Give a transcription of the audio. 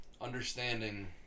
understanding